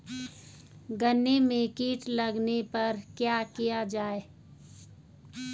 गन्ने में कीट लगने पर क्या किया जाये?